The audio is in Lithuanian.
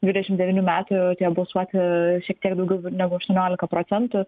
dvidešim devynių metų jau atėjo balsuoti šiek tiek daugiau negu aštuoniolika procentų